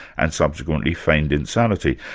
and subsequently feigned insanity.